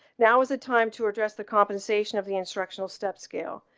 now is the time to address the compensation of the instructional step scale.